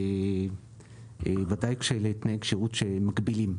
ודאי שאלה תנאי שמגבילים,